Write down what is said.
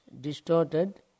distorted